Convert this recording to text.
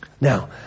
Now